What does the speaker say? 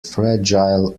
fragile